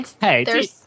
Hey